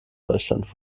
deutschland